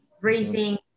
raising